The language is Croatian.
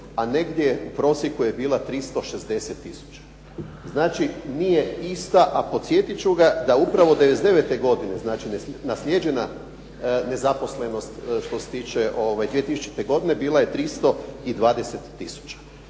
a negdje u prosjeku je bila 360 tisuća, znači nije ista. A podsjetit ću ga da upravo '99. godine, znači naslijeđena nezaposlenost što se tiče 2000. godine bila je 320